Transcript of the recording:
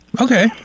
Okay